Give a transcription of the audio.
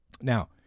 Now